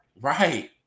right